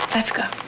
let's go.